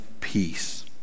Peace